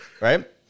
Right